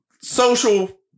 social